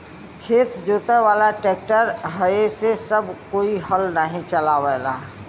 खेत जोते वाला ट्रैक्टर होये से अब कोई हल नाही चलावला